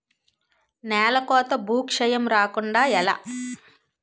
నేలకోత భూక్షయం రాకుండ ఎలా?